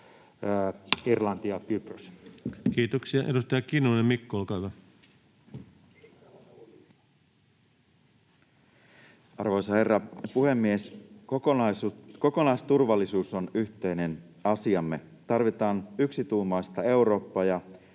Irlanti ja Kypros. Kiitoksia. — Edustaja Kinnunen, Mikko, olkaa hyvä. Arvoisa herra puhemies! Kokonaisturvallisuus on yhteinen asiamme. Tarvitaan yksituumaista Eurooppaa ja